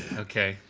okay.